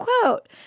quote